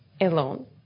alone